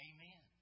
Amen